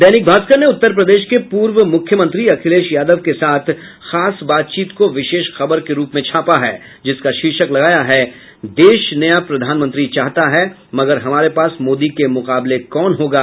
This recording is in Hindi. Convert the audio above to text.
दैनिक भास्कर ने उत्तर प्रदेश के पूर्व मुख्यमंत्री अखिलेश यादव के साथ खास बातचीत को विशेष खबर के रूप में छापा है जिसका शीर्षक लगाया है देश नया प्रधानमंत्री चाहता है मगर हमारे पास मोदी के मुकाबले कौन होगा यह चुनाव बाद ही बतायेंगे